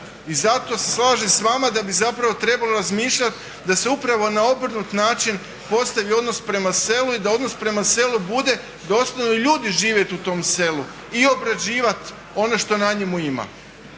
I zato se slažem s vama da bi zapravo trebalo razmišljat da se upravo na obrnut način postavi odnos prema selu i da odnos prema selu bude, da ostanu ljudi živjet u tom selu i obrađivat ono što na njemu ima.